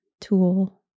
tool